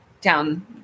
down